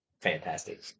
fantastic